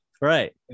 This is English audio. right